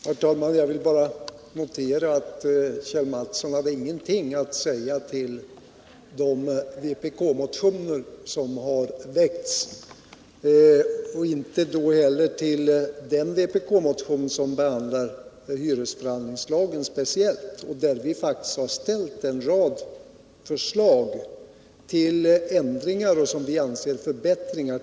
Herr talman! Jag vill bara notera att Kjell Mattsson inte hade någonting att säga med anledning av de vpk-motioner som har väckts, och inte heller hade han några kommentarer till den vpk-motion där speciellt hyresförhandlingslagen behandlats. Här har vi faktiskt lagt fram en rad förslag om ändringar som vi anser vara förbättringar.